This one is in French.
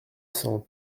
sans